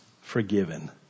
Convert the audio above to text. forgiven